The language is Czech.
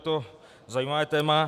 Je to zajímavé téma.